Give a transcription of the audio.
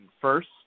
First